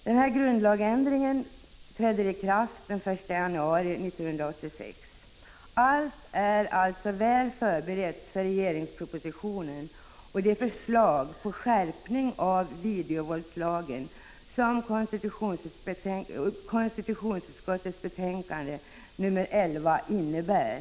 Denna grundlagsändring träder i kraft den 1 januari 1986. Allt är således väl förberett för regeringspropositionen och det förslag till skärpning av videovåldslagen som KU:s betänkande nr 11 innebär.